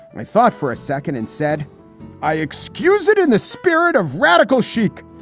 i thought for a second and said i excuse it in the spirit of radical chic.